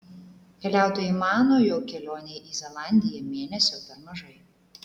keliautojai mano jog kelionei į zelandiją mėnesio per mažai